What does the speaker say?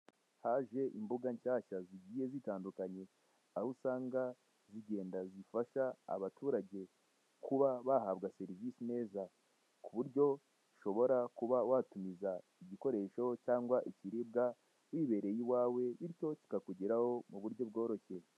Haje imbuga nshyashya zigiye zitandukanye aho usanga zigenda zifasha abaturage kuba bahabwa serivise neza, kuburyo ushobora kuba watumiza igikoresho cyangwa ikiribwa kuburyo bworoshye.